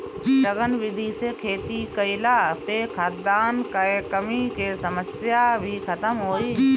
सघन विधि से खेती कईला पे खाद्यान कअ कमी के समस्या भी खतम होई